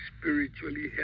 spiritually